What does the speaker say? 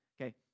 Okay